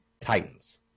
Titans